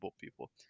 people